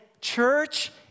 church